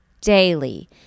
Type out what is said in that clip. daily